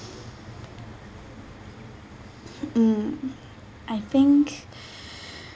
mm I think